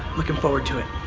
looking forward to it.